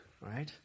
right